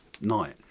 night